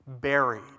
buried